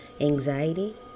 anxiety